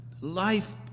life